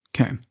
Okay